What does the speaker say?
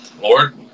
Lord